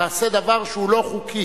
תעשה דבר שהוא לא חוקי.